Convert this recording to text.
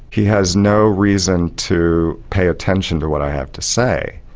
he has no reason to pay attention to what i have to say.